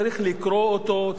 צריך לקרוא אותו,